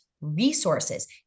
resources